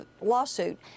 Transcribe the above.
lawsuit